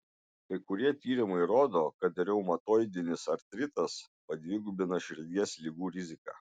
kai kurie tyrimai rodo kad reumatoidinis artritas padvigubina širdies ligų riziką